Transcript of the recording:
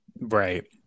right